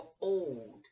old